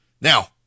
Now